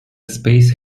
space